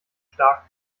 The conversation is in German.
stark